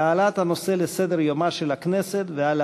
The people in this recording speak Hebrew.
על העלאת הנושא לסדר-יומה של הכנסת ועל